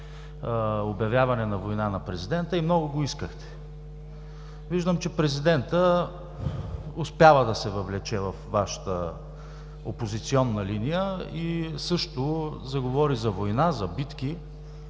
обявяване на война на президента и много го искахте. Виждам, че президентът успява да се въвлече във Вашата опозиционна линия и също заговори за война, за битки.